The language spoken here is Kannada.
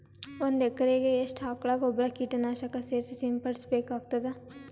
ಒಂದು ಎಕರೆಗೆ ಎಷ್ಟು ಆಕಳ ಗೊಬ್ಬರ ಕೀಟನಾಶಕ ಸೇರಿಸಿ ಸಿಂಪಡಸಬೇಕಾಗತದಾ?